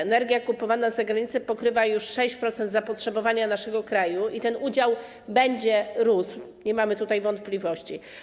Energia kupowana z zagranicy pokrywa już 6% zapotrzebowania naszego kraju, i ten udział będzie rósł, nie mamy co do tego wątpliwości.